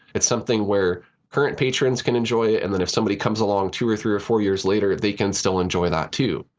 it's something where current patrons can enjoy it, and then if somebody comes along two or three or four years later, they can still enjoy that too.